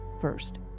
first